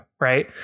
Right